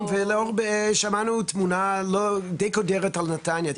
שמענו תמונה דיי קודרת על נתניה.